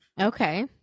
Okay